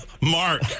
Mark